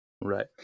Right